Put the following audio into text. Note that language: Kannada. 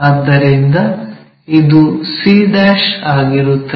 ಆದ್ದರಿಂದ ಇದು c ಆಗಿರುತ್ತದೆ